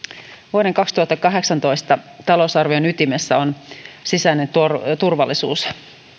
vuoden kaksituhattakahdeksantoista talousarvion ytimessä on sisäinen turvallisuus